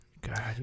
god